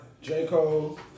J-Cole